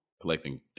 collecting